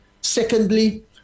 Secondly